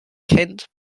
kent